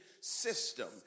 system